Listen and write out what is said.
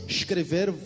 Escrever